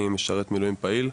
אני משרת מילואים פעיל,